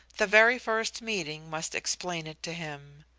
the very first meeting must explain it to him.